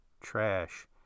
trash